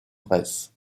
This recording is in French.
bresse